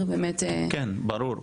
כן, ברור.